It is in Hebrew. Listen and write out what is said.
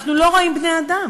אנחנו לא רואים בני-אדם.